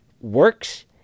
works